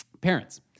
parents